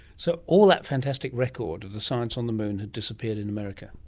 so all that fantastic record of the science on the moon has disappeared in america.